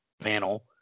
panel